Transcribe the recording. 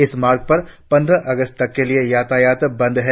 इस मार्ग पर पंद्रह अगस्त तक के लिए यातायात बंद है